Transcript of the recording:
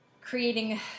creating